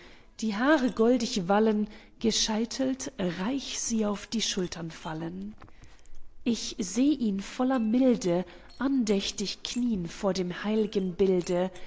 die haare goldig wallen gescheitelt reich sie auf die schultern fallen ich seh ihn voller milde andächtig knieen vor dem heil'gen bilde